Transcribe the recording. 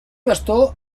bastó